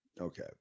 Okay